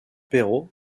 perrot